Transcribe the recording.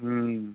ହୁଁ